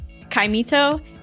kaimito